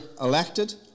elected